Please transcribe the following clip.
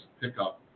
pickup